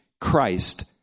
Christ